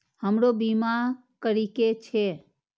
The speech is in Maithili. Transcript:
हमरो बीमा करीके छः?